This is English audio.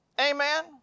Amen